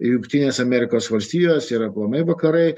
jungtinės amerikos valstijos ir aplamai vakarai